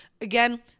Again